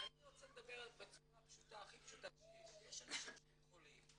אני רוצה לדבר בצורה הכי פשוטה שיש יש אנשים שהם חולים,